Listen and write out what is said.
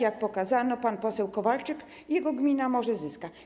Jak pokazał pan poseł Kowalczyk, jego gmina może zyska.